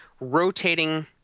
rotating